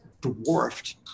dwarfed